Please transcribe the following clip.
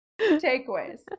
Takeaways